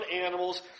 animals